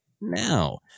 now